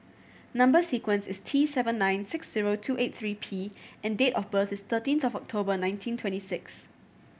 number sequence is T seven nine six zero two eight three P and date of birth is thirteenth of October nineteen twenty six